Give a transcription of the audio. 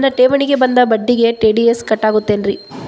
ನನ್ನ ಠೇವಣಿಗೆ ಬಂದ ಬಡ್ಡಿಗೆ ಟಿ.ಡಿ.ಎಸ್ ಕಟ್ಟಾಗುತ್ತೇನ್ರೇ?